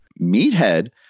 Meathead